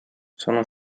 sono